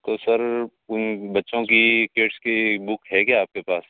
तो सर उन बच्चों की की बुक है क्या आपके पास